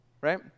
right